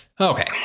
Okay